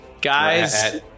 guys